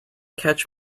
catch